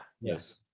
Yes